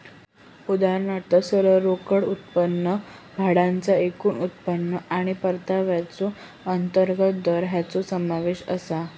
उदाहरणात सरळ रोकड उत्पन्न, भाड्याचा एकूण उत्पन्न आणि परताव्याचो अंतर्गत दर हेंचो समावेश आसा